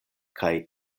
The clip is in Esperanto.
kaj